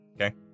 Okay